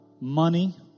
money